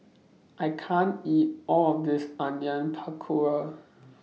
I can't eat All of This Onion Pakora